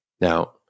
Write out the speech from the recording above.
Now